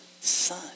Son